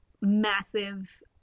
massive